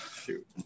Shoot